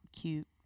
cute